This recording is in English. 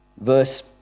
Verse